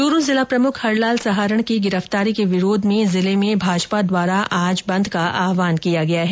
चूरू जिला प्रमुख हरलाल सहारण की गिरफ्तारी के विरोध में जिले में भाजपा द्वारा आज बंद का आह्वान किया गया है